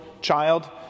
child